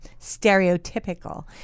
stereotypical